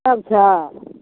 सब छै